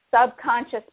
subconscious